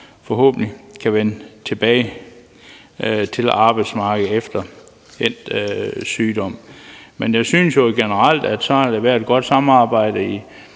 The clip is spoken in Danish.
forhåbentlig at vende tilbage til arbejdsmarkedet efter endt sygdom. Jeg synes, at der generelt har været et godt samarbejde